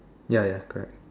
ya ya correct